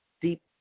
deep